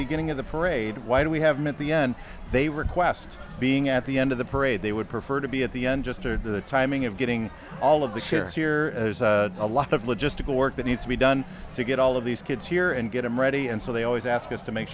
beginning of the parade why do we have meant the end they request being at the end of the parade they would prefer to be at the end just or the timing of getting all of the ships here a lot of logistical work that needs to be done to get all of these kids here and get them ready and so they always ask us to make